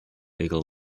legal